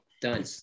Done